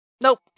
Nope